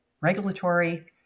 regulatory